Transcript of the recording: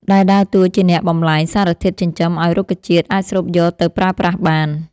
ដែលដើរតួជាអ្នកបំប្លែងសារធាតុចិញ្ចឹមឱ្យរុក្ខជាតិអាចស្រូបយកទៅប្រើប្រាស់បាន។